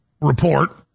report